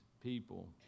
people